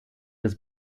des